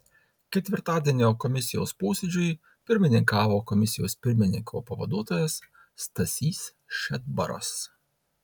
ketvirtadienio komisijos posėdžiui pirmininkavo komisijos pirmininko pavaduotojas stasys šedbaras